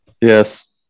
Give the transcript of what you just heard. Yes